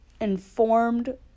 informed